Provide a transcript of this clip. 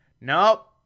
nope